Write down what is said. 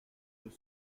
deux